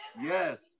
Yes